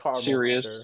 serious